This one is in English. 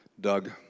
Doug